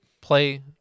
play